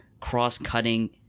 cross-cutting